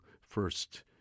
first